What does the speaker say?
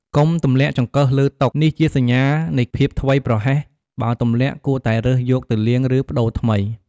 កុំទម្លាក់ចង្កឹះលើតុ នេះជាសញ្ញានៃភាពធ្វេសប្រហែស បើទម្លាក់ គួរតែរើសយកទៅលាង ឬប្តូរថ្មី។